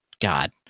God